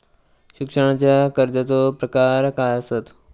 शिक्षणाच्या कर्जाचो प्रकार काय आसत?